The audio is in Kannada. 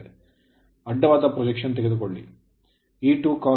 ಅದರಿಂದ ಅಡ್ಡವಾದ ಪ್ರೊಜೆಕ್ಷನ್ ತೆಗೆದುಕೊಳ್ಳಿ E2cos δV2 ಆಗಿರುತ್ತದೆ